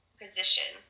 position